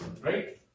right